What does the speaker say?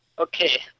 Okay